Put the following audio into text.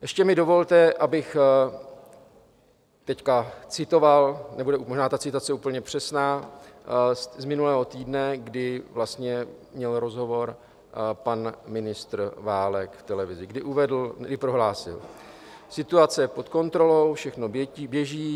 Ještě mi dovolte, abych teď citoval, nebude možná ta citace úplně přesná, z minulého týdne, kdy vlastně měl rozhovor pan ministr Válek v televizi, kdy uvedl i prohlásil: Situace je pod kontrolou, všechno běží.